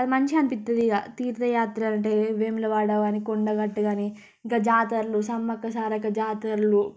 అది మంచిగా అనిపిస్తుంది ఇక తీర్ధయాత్రలు అంటే వేములవాడ కానీ కొండగట్టు కానీ ఇక జాతరలు సమ్మక్క సారక్క జాతరలు